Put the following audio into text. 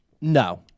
No